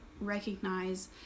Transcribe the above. recognize